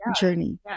journey